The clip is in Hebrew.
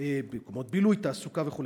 תעסוקה וכו'.